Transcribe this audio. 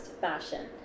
fashion